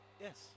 Yes